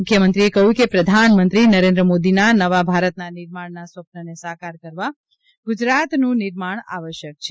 મુખ્યમંત્રીએ કહ્યું કે પ્રધાનમંત્રી નરેન્દ્ર મોદીના નવા ભારતના નિર્માણના સ્વપ્નને સાકાર કરવા ગુજરાતનું નિર્માણ આવશ્યક છે